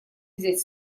взять